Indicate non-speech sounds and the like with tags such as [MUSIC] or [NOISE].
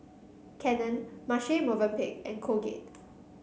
Canon Marche [NOISE] Movenpick and Colgate